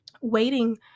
waiting